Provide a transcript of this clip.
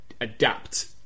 adapt